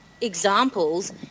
examples